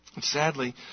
Sadly